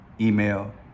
email